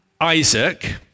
Isaac